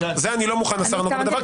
זה אני לא מוכן "השר הנוגע בדבר",